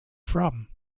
from